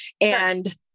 And-